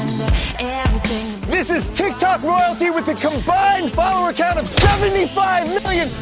everything this is tik tok royalty with a combined follower count of seventy five million,